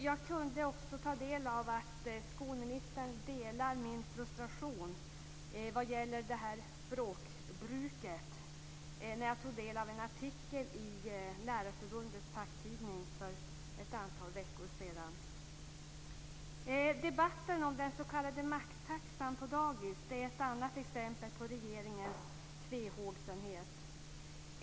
Jag kunde också notera att skolministern delar min frustration vad gäller språkbruket när jag tog del av en artikel i Lärarförbundets facktidning för ett antal veckor sedan. Debatten om den s.k. maxtaxan på dagis är ett annat exempel på regeringens tvehågsenhet.